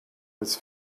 was